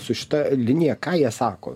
su šita linija ką jie sako